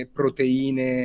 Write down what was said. proteine